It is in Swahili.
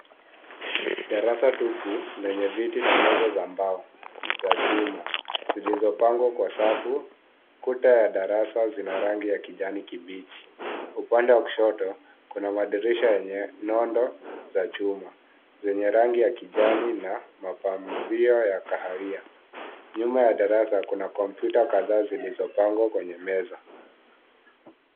Darasa tupu lenye viti na meza za mbao na za chuma zilizopangwa kwa safu. Kuta ya darasa ina rangi ya kijani kibichi, upande wa kushoto kuna madirisha yenye nondo za chuma zenye rangi ya kijani mapanguzio ya kahawia. Nyuma ya madarasa kuna kompyuta kadhaa zilizopangwa kwenye meza.